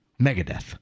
megadeth